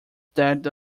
that